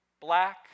black